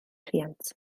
rhiant